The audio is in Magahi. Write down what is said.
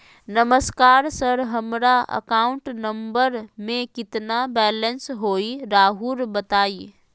नमस्कार सर हमरा अकाउंट नंबर में कितना बैलेंस हेई राहुर बताई?